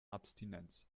abstinenz